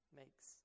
makes